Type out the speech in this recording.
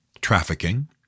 trafficking